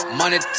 money